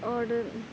اور